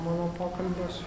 mano pokalbis